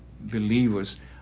believers